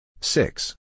Six